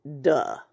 Duh